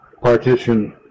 partition